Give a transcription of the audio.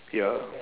ya